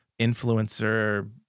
influencer